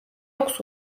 აქვს